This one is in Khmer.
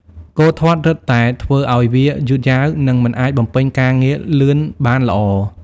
គោធាត់ រឹតតែធ្វើឱ្យវាយឺតយ៉ាវ និងមិនអាចបំពេញការងារលឿនបានល្អ។